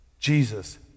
Jesus